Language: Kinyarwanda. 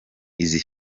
izi